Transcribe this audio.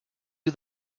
you